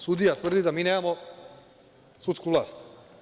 Sudija tvrdi da mi nemamo sudsku vlast?